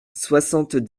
soixante